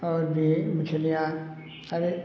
और भी मछलियाँ अरे